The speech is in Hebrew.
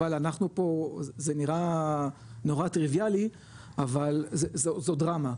אבל אנחנו פה זה נראה נורא טריוויאלי אבל זו דרמה,